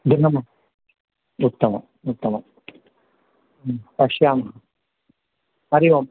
भिन्नम् उत्तमम् उत्तमं पश्यामः हरिः ओम्